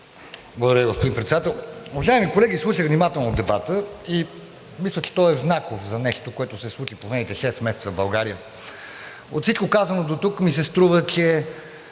Благодаря Ви, господин Председател. Уважаеми колеги, слушах внимателно дебата и мисля, че той е знаков за нещо, което се случи в последните шест месеца в България. От всичко казано дотук ми се струва, че